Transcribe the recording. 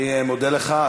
אני מודה לך.